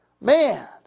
Man